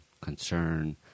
concern